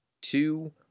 two